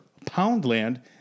Poundland